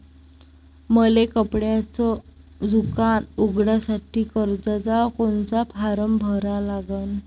मले कपड्याच दुकान उघडासाठी कर्जाचा कोनचा फारम भरा लागन?